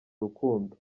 urukundo